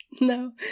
No